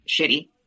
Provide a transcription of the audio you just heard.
shitty